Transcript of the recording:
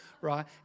right